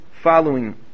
following